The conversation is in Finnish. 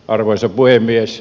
arvoisa puhemies